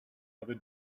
other